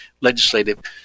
legislative